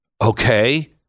Okay